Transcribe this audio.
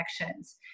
connections